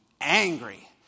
angry